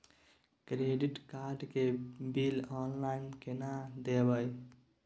Credit card के bill online केना देखबय?